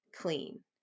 clean